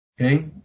Okay